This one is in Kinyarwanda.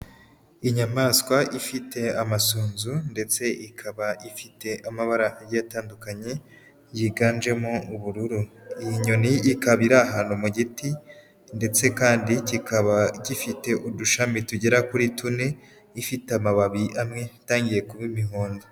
Inyamaswa ifite amasunzu ndetse ikaba ifite amabara agiye atandukanye yiganjemo ubururu, iyi nyoni ikaba iri ahantu mu giti ndetse kandi kikaba gifite udushami tugera kuri tune, ifite amababi amwe itangiye kuba imihondo.